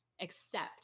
accept